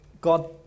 God